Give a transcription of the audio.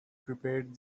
prepared